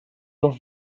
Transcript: not